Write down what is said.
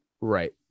Right